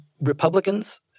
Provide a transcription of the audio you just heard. Republicans